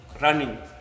running